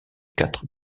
quatre